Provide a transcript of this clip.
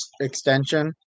extension